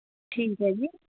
ਠੀਕ ਹੈ ਜੀ